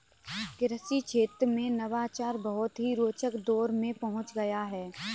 कृषि क्षेत्र में नवाचार बहुत ही रोचक दौर में पहुंच गया है